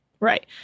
Right